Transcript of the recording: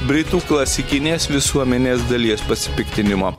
britų klasikinės visuomenės dalies pasipiktinimo